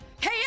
hey